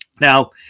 Now